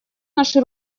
наши